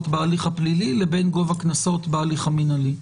בהליך הפלילי לבין גובה הקנסות בהליך המינהלי.